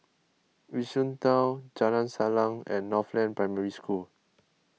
Yishun Town Jalan Salang and Northland Secondary School